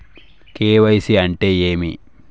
KYC అంటే ఏమి?